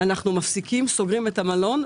אנחנו מפסיקים, סוגרים את המלון.